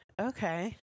okay